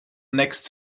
next